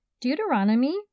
Deuteronomy